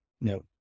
No